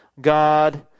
God